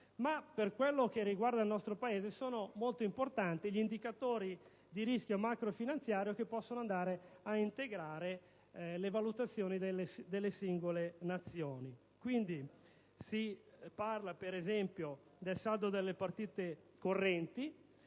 Per quello che riguarda il nostro Paese sono poi molto importanti gli indicatori di rischio macrofinanziario, che possono andare a integrare le valutazioni delle singole Nazioni. Si parla, per esempio, del saldo delle partite correnti